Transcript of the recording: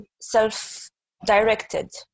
self-directed